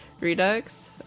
Redux